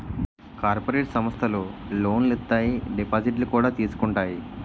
cooperative సమస్థలు లోనులు ఇత్తాయి దిపాజిత్తులు కూడా తీసుకుంటాయి